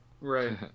Right